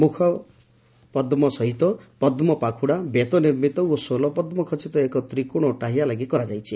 ମୁଖପଦ୍ ସହିତ ପଦ୍ ପାଖୁଡା ବେତ ନିର୍ମିତ ଓ ସୋଲ ପଦ୍ ଖଚିତ ଏକ ତ୍ରିକୋଣ ଟାହିଆ ଲାଗି କରାଯାଇଛି